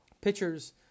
pitchers